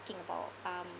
about um